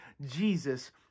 Jesus